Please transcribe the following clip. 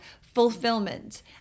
fulfillment